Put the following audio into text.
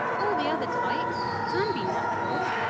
all the other types can be natural